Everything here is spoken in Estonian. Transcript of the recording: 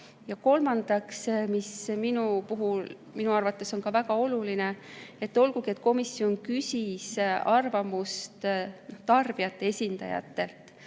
Ja kolmandaks, mis minu arvates on väga oluline: olgugi et komisjon küsis arvamust tarbijate esindajatelt,